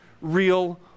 real